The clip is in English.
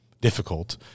difficult